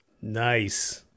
Nice